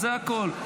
זה הכול.